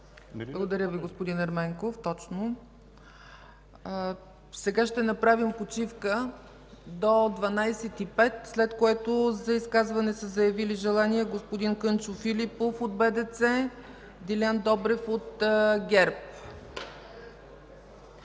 Благодаря Ви, господин Ерменков. Сега ще направим почивка до 12.05 ч., след което за изказване са заявили желание господин Кънчо Филипов от БДЦ и Дeлян Добрев от ГЕРБ.